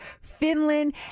Finland